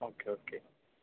okay okay